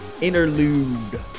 interlude